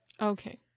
Okay